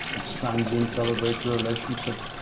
it's transient. celebrate your relationships.